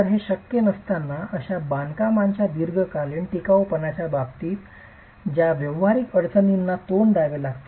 तर हे शक्य असताना अशा बांधकामांच्या दीर्घकालीन टिकाऊपणाच्या बाबतीत ज्या व्यावहारिक अडचणींना तोंड द्यावे लागते